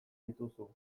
dituzu